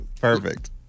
Perfect